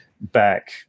back